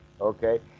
Okay